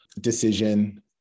decision